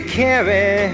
carry